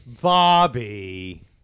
Bobby